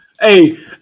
Hey